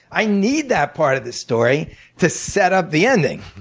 i need that part of the story to set up the ending.